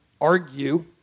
argue